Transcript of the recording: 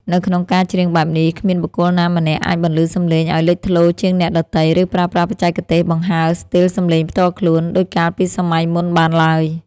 នៅក្នុងការច្រៀងបែបនេះ គ្មានបុគ្គលណាម្នាក់អាចបន្លឺសំឡេងឱ្យលេចធ្លោជាងអ្នកដទៃ ឬប្រើប្រាស់បច្ចេកទេសបង្ហើរស្ទីលសម្លេងផ្ទាល់ខ្លួន ដូចកាលពីសម័យមុនបានឡើយ។